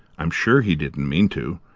i'm sure he didn't mean to.